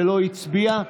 ולא הצביע?